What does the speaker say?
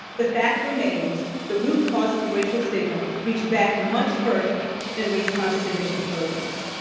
the fact remains the root causes of racial stigma reach back much further than race conscious admissions programs.